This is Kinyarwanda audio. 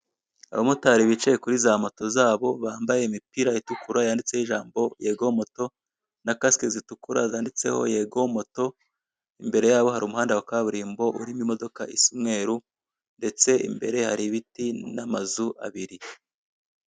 Abamotari bicaye kuri za moto zabo bambaye imipira itukura yanditseho ijambo yego moto, na kasike zitukura zatseho yego moto, imbere yabo hari umuhanda wa kaburimbo, urimo imodoka isa umweru, ndetse imbere hari ibiti n'amazu abiri.